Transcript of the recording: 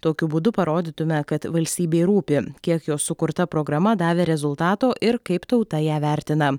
tokiu būdu parodytume kad valstybei rūpi kiek jos sukurta programa davė rezultato ir kaip tauta ją vertina